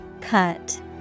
Cut